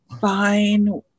fine